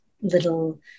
little